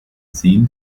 seen